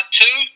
two